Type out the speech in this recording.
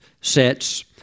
sets